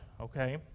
okay